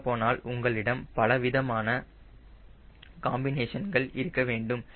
சொல்லப்போனால் உங்களிடம் பலவிதமான காம்பினேஷன்கள் இருக்க வேண்டும்